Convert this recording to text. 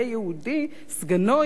סגנו יהיה ערבי,